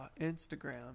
instagram